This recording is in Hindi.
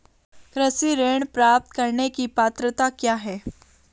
कृषि ऋण प्राप्त करने की पात्रता क्या है?